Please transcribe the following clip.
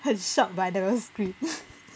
很 shocked but I never scream